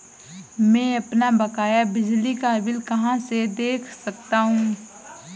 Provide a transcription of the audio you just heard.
मैं अपना बकाया बिजली का बिल कहाँ से देख सकता हूँ?